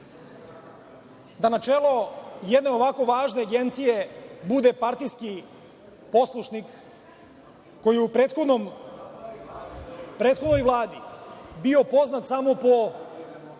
da na čelo jedne ovako važne Agencije bude partijski poslušnik koji je u prethodnoj Vladi bio poznat samo po